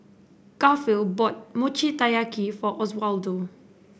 Garfield bought Mochi Taiyaki for Oswaldo